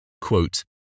quote